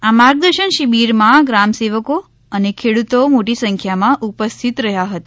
આ માર્ગદર્શન શિબિરમાં ગ્રામ સેવકો અને ખેડૂતો મોટી સંખ્યામાં ઉપસ્થિત રહ્યા હતા